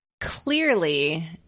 Clearly